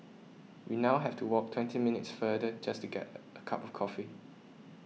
we now have to walk twenty minutes further just to get a a cup of coffee